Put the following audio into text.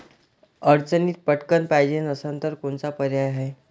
अडचणीत पटकण पायजे असन तर कोनचा पर्याय हाय?